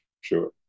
sure